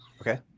Okay